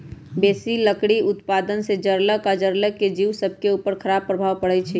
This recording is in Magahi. बेशी लकड़ी उत्पादन से जङगल आऽ जङ्गल के जिउ सभके उपर खड़ाप प्रभाव पड़इ छै